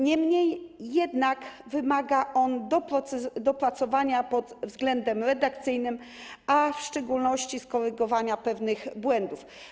Niemniej jednak wymaga on dopracowania pod względem redakcyjnym, a w szczególności skorygowania pewnych błędów.